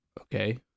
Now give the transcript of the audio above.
Okay